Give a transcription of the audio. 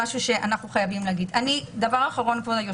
דבר אחרון: